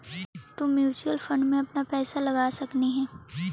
तु mutual fund में अपन पईसा लगा सकलहीं हे